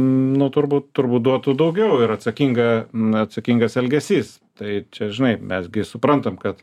nu turbūt turbūt duotų daugiau ir atsakinga atsakingas elgesys tai čia žinai mes gi suprantam kad